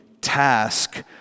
task